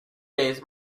days